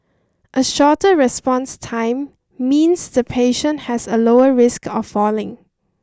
a shorter response time means the patient has a lower risk of falling